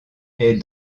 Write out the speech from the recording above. est